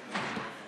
מוותר.